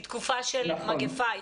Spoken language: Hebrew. היא תקופה של מגפה,